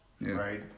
right